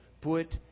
put